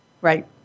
Right